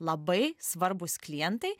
labai svarbūs klientai